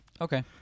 Okay